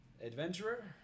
Adventurer